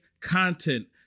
content